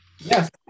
Yes